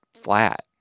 flat